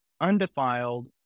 undefiled